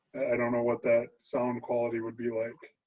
i don't know what that sound quality would be like.